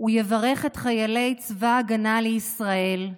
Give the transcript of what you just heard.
הוא יברך את חיילי צבא ההגנה לישראל,